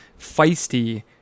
feisty